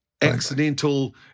accidental